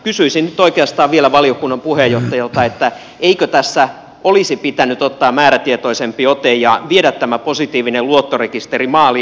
kysyisin nyt oikeastaan vielä valiokunnan puheenjohtajalta eikö tässä olisi pitänyt ottaa määrätietoisempi ote ja viedä tämä positiivinen luottorekisteri maaliin